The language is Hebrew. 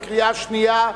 בקריאה שנייה.